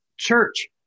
church